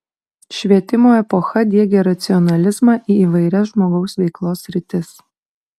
švietimo epocha diegė racionalizmą į įvairias žmogaus veiklos sritis